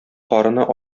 карыны